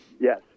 yes